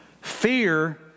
Fear